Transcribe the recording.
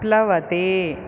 प्लवते